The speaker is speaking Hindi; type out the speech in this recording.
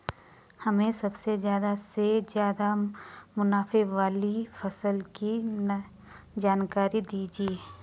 हमें सबसे ज़्यादा से ज़्यादा मुनाफे वाली फसल की जानकारी दीजिए